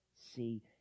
See